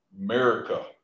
America